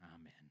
Amen